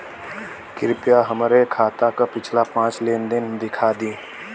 कृपया हमरे खाता क पिछला पांच लेन देन दिखा दी